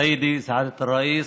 סיידי סייד א-ראיס,